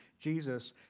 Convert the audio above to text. Jesus